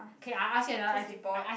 just be bored